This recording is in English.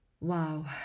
Wow